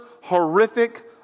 horrific